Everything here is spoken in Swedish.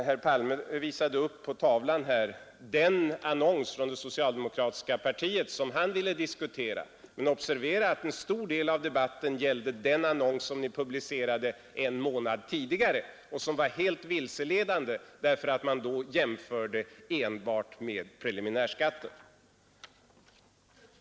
Herr Palme visade på TV-skärmen den annons från det socialdemokratiska partiet som han ville diskutera, men observera att en stor del av debatten gällde den annons som ni publicerade en månad tidigare och som var helt vilseledande eftersom man där jämförde enbart med preliminärskatten.